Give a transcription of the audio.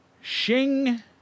Shing